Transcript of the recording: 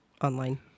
online